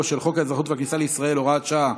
של חוק האזרחות והכניסה לישראל (הוראת שעה),